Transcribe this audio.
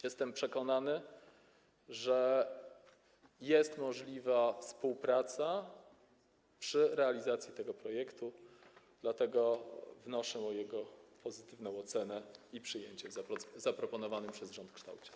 Jestem przekonany, że jest możliwa współpraca przy realizacji tego projektu, dlatego wnoszę o jego pozytywną ocenę i przyjęcie w zaproponowanym przez rząd kształcie.